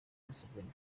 museveni